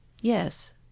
Yes